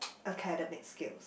academic skills